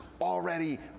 already